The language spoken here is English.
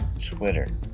Twitter